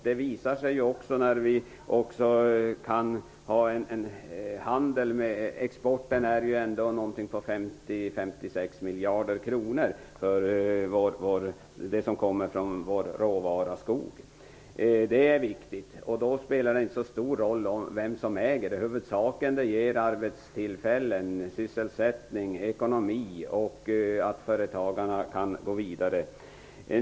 Det visar sig också genom exporten av skogsråvara, som uppgår till 50--56 miljarder kronor. Då spelar det inte så stor roll vem som är ägare. Huvudsaken är att det ger sysselsättning, ekonomi och utvecklingsmöjligheter för företagen.